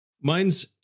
Mine's